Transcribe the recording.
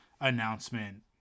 announcement